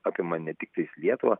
apima ne tiktais lietuvą